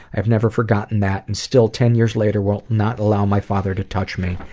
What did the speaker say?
i've never forgotten that and still, ten years later, will not allow my father to touch me.